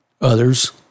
others